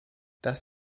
das